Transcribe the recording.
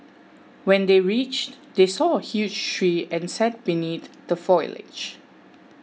when they reached they saw a huge tree and sat beneath the foliage